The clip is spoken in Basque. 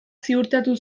ziurtatu